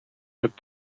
but